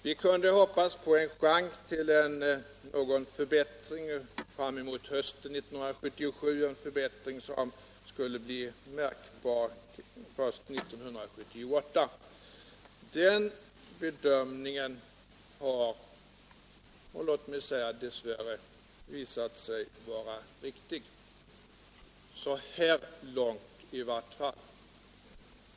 Vi kunde hoppas på en chans till någon förbättring hösten 1977, en förbättring som skulle bli märkbar först 1978. Den bedömningen har dess värre visat sig vara riktig — i varje fall så här långt.